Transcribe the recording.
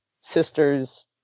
sister's